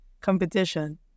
competition